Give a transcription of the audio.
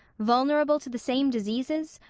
vulnerable to the same diseases,